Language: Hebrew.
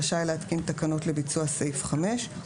רשאי להתקין תקנות לביצוע סעיף 5,